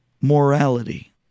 morality